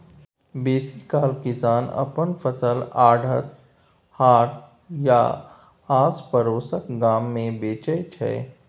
बेसीकाल किसान अपन फसल आढ़त, हाट या आसपरोसक गाम मे बेचै छै